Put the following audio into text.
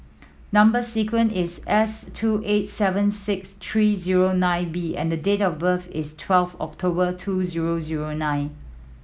number sequence is S two eight seven six three zero nine B and the date of birth is twelve October two zero zero nine